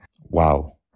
wow